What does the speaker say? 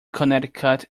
connecticut